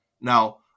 Now